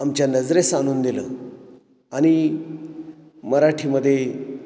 आमच्या नजरेस आणून दिलं आणि मराठीमध्ये